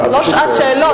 זו לא שעת שאלות.